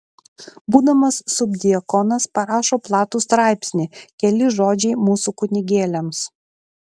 būdamas subdiakonas parašo platų straipsnį keli žodžiai mūsų kunigėliams